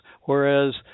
whereas